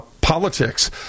Politics